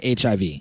HIV